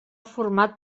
format